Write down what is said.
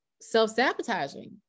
self-sabotaging